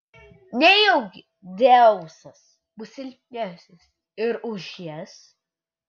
nejaugi dzeusas bus silpnesnis ir už jas